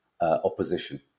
opposition